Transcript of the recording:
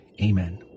Amen